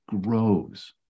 grows